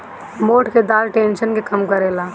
मोठ के दाल टेंशन के कम करेला